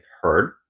heard